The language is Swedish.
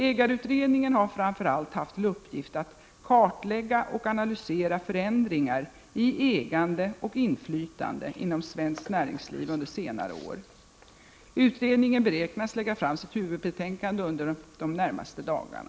Ägarutredningen har framför allt haft till uppgift att kartlägga och analysera förändringar i ägande och inflytande inom svenskt näringsliv under senare år. Utredningen beräknas lägga fram sitt huvudbetänkande under de närmaste dagarna.